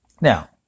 Now